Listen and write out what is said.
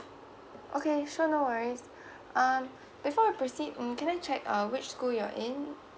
okay sure no worries um before I proceed um can I check um which school you're in um